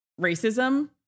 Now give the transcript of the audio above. racism